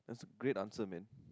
great answer man